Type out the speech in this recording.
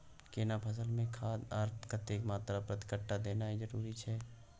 केना फसल मे के खाद आर कतेक मात्रा प्रति कट्ठा देनाय जरूरी छै?